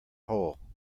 hole